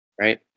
right